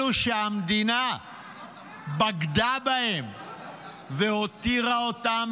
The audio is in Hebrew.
אלה שהמדינה בגדה בהם והותירה אותם